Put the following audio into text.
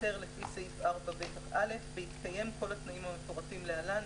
היתר לפי סעיף 4ב(א) בהתקיים כל התנאים המפורטים להלן,